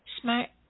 smart